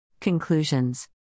Conclusions